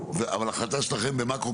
ההחלטה שלכם, במאקרו,